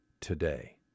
today